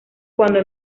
cuando